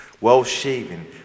well-shaven